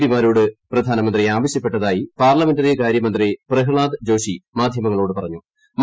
പിമാരോട് പ്രധാനമന്ത്രി ആവശ്യപ്പെട്ടതായി പാർല്മെൻ്റ്റികാര്യ മന്ത്രി പ്രഹ്ളാദ് ജോഷി മാധ്യങ്ങളോട് ഷ്ക്ക്തി്